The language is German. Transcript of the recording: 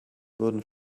wurden